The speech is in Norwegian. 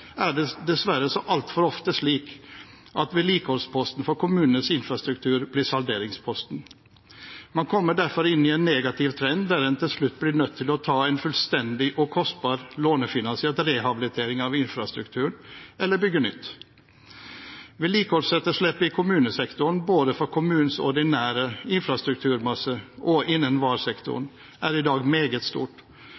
er det dessverre så altfor ofte slik at vedlikeholdsposten for kommunenes infrastruktur blir salderingsposten. Man kommer derfor inn i en negativ trend der en til slutt blir nødt til å ta en fullstendig og kostbar lånefinansiert rehabilitering av infrastrukturen eller bygge nytt. Vedlikeholdsetterslepet i kommunesektoren, både for kommunenes ordinære infrastrukturmasse og innen VAR-sektoren, er i dag meget stort,